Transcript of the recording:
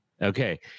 Okay